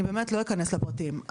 אני באמת לא אכנס לפרטים.